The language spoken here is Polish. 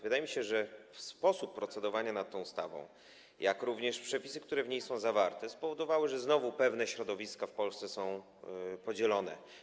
Wydaje mi się, że sposób procedowania nad tą ustawą, jak również przepisy, które w niej są zawarte, spowodowały, że znowu pewne środowiska w Polsce są podzielone.